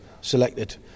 selected